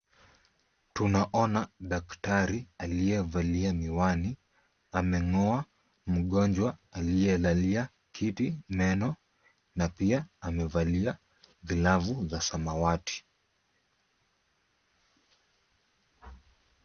Tunaona daktari aliyevalia miwani, ameng'oa mgonjwa aliyelalia kitimeno na pia amevalia glavu za samawati.